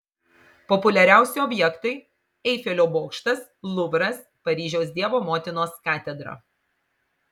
populiariausi objektai eifelio bokštas luvras paryžiaus dievo motinos katedra